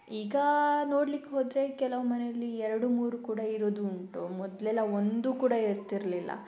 ಈಗ ನೋಡ್ಲಿಕ್ಕೆ ಹೋದರೆ ಕೆಲವು ಮನೆಯಲ್ಲಿ ಎರಡು ಮೂರು ಕೂಡ ಇರೋದುಂಟು ಮೊದಲೆಲ್ಲ ಒಂದು ಕೂಡ ಇರ್ತಿರಲಿಲ್ಲ